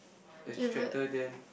it's a tractor then